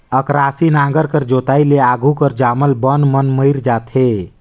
अकरासी नांगर कर जोताई ले आघु कर जामल बन मन मइर जाथे